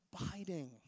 abiding